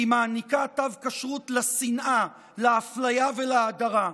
כי היא מעניקה תו כשרות לשנאה, לאפליה ולהדרה,